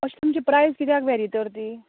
अशें तुमचे प्रायस कित्याक वेरी तर ती